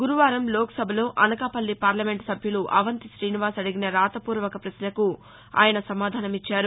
గురువారం లోక్సభలో అనకాపల్లి పార్లమెంట్ సభ్యులు అవంతి ఠీనివాస్ అడిగిన రాతపూర్వక ప్రశ్నకు ఆయన సమాధానమిచ్చారు